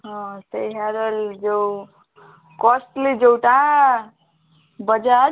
ହଁ ସେଇ hair oil ଯେଉଁ କଷ୍ଟଲି ଯେଉଁଟା ବଜାଜ୍